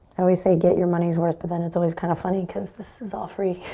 i always say get your money's worth, but then it's always kind of funny because this is all free